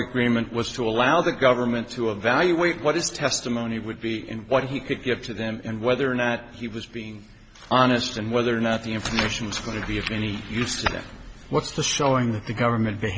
agreement was to allow the government to evaluate what his testimony would be in what he could give to them and whether or not he was being honest and whether or not the information is going to be of any use and what's the showing that the government